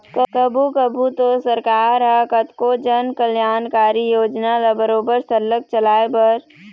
कभू कभू तो सरकार ह कतको जनकल्यानकारी योजना ल बरोबर सरलग चलाए बर